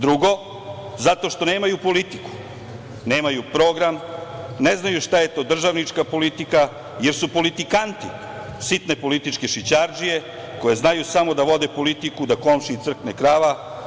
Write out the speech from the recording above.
Drugo, zato što nemaju politiku, nemaju program, ne znaju šta je to državnička politika, jer su politikanti, sitne političke šićardžije, koji znaju samo da vode politiku da komšiji crkne krava.